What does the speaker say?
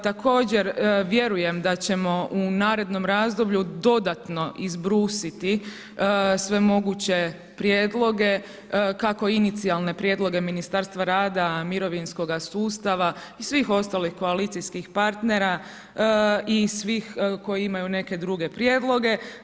Također vjerujem da ćemo u narednom razdoblju, dodatno izbrusiti sve moguće prijedloge, kako inicijalne prijedloge Ministarstva rada, mirovinskoga sustava i svih ostalih koalicijskih partnera i svih koji imaju neke druge prijedloge.